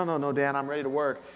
ah no, no dan, i'm ready to work.